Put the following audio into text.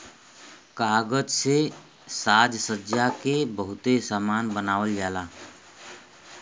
कागज से साजसज्जा के बहुते सामान बनावल जाला